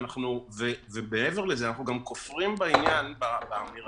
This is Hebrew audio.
מעבר לזה, אנחנו גם כופרים באמירה